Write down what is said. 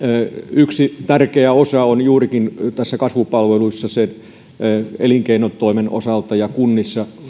yksi erittäin tärkeä osa juurikin kasvupalveluissa elinkeinotoimen osalta ja kunnissa